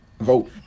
vote